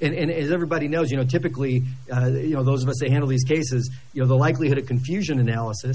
and as everybody knows you know typically you know those but they handle these cases you know the likelihood of confusion analysis